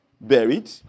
Buried